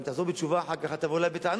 אם היא תחזור בתשובה אחר כך אל תבואו אלי בטענות,